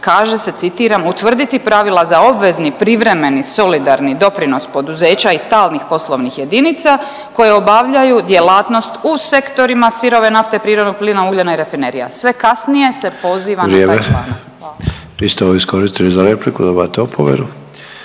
kaže se, citiram, utvrditi pravila za obvezni privremeni solidarni doprinos poduzeća i stalnih poslovnih jedinica koje obavljaju djelatnost u sektorima sirove nafte, prirodnog plina, ugljena i rafinerija, sve kasnije se poziva na taj članak. …/Upadica Sanader: Vrijeme/….